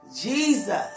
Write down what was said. Jesus